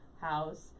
house